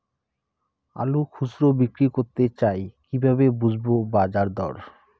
আলু খুচরো বিক্রি করতে চাই কিভাবে বুঝবো বাজার দর?